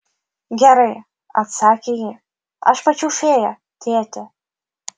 gerai atsakė ji aš mačiau fėją tėti